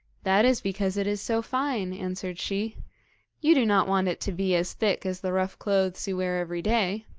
that is because it is so fine answered she you do not want it to be as thick as the rough clothes you wear every day